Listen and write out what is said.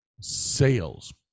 Sales